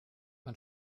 man